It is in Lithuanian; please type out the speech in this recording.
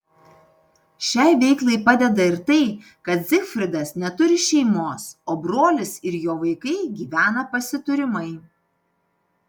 šiai veiklai padeda ir tai kad zygfridas neturi šeimos o brolis ir jo vaikai gyvena pasiturimai